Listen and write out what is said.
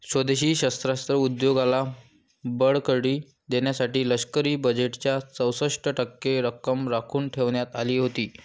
स्वदेशी शस्त्रास्त्र उद्योगाला बळकटी देण्यासाठी लष्करी बजेटच्या चौसष्ट टक्के रक्कम राखून ठेवण्यात आली होती